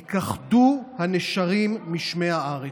ייכחדו הנשרים משמי הארץ.